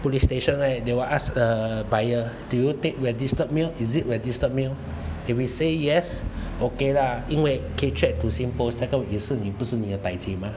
police station right they will ask uh the buyer did you take registered mail is it registered mail if you say yes okay lah 因为可以 track to SingPost 那个也不是你的 tai ji mah